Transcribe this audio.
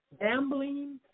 gambling